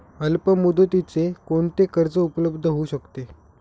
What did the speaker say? अल्पमुदतीचे कोणते कर्ज उपलब्ध होऊ शकते?